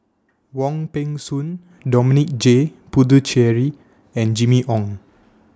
Wong Peng Soon Dominic J Puthucheary and Jimmy Ong